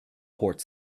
port